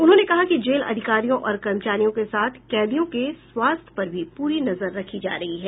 उन्होंने कहा कि जेल अधिकारियों और कर्मचारियों के साथ कैदियों के स्वास्थ्य पर भी पूरी नजर रखी जा रही है